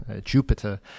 Jupiter